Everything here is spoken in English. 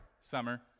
Summer